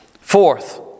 Fourth